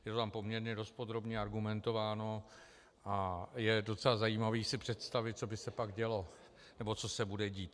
Je to tam poměrně dost podrobně argumentováno a je docela zajímavé si představit, co by se pak dělo, nebo co se bude tít.